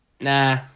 Nah